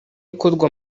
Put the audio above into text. ikorwa